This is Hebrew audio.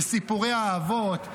בסיפורי האבות,